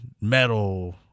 metal